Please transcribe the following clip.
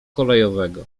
kolejowego